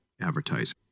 advertising